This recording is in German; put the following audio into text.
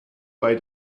bei